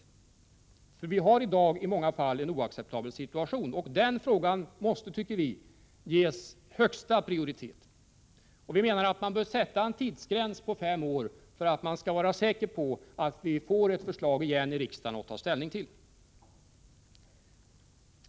Situationen i dag är nämligen i många fall oacceptabel. Denna fråga måste, tycker vi, ges högsta prioritet. Vi menar att det bör sättas en tidsgräns på fem år för att vi skall vara säkra på att få ett förslag att ta ställning till igen i riksdagen.